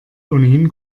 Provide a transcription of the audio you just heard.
ohnehin